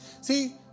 See